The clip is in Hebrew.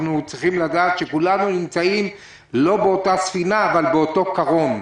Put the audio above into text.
אנחנו צריכים לדעת שכולנו נמצאים לא באותה ספינה אבל באותו קרון,